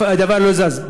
שום דבר לא זז.